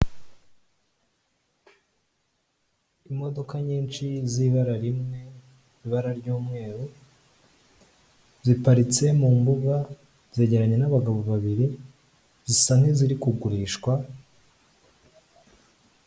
Imodoka nyinshi z'ibara rimwe ibara ry'umweru, ziparitse mu mbuga zegeranye n'abagabo babiri zisa nK'iziri kugurishwa.